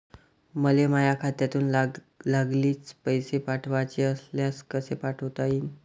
मले माह्या खात्यातून लागलीच पैसे पाठवाचे असल्यास कसे पाठोता यीन?